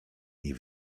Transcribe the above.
nie